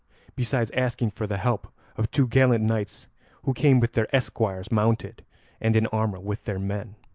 besides asking for the help of two gallant knights who came with their esquires mounted and in armour with their men.